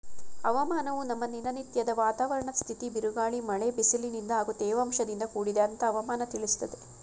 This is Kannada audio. ಹವಾಮಾನವು ನಮ್ಮ ದಿನನತ್ಯದ ವಾತಾವರಣದ್ ಸ್ಥಿತಿ ಬಿರುಗಾಳಿ ಮಳೆ ಬಿಸಿಲಿನಿಂದ ಹಾಗೂ ತೇವಾಂಶದಿಂದ ಕೂಡಿದೆ ಅಂತ ಹವಾಮನ ತಿಳಿಸ್ತದೆ